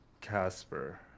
Casper